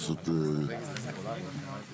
או גמרנו את כל הדברים החרים?